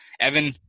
Evan